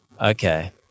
okay